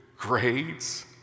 grades